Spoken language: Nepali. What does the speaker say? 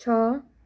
छ